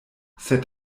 sed